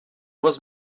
was